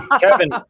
Kevin